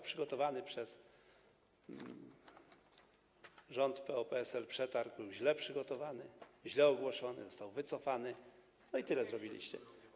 Przygotowany przez rząd PO-PSL przetarg był źle przygotowany, źle ogłoszony, został wycofany, tyle zrobiliście.